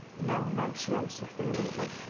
no, no, she answered vehemently,